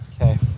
Okay